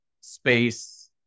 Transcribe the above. space